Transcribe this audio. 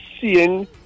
seeing